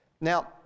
Now